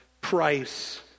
price